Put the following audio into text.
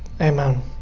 Amen